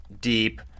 deep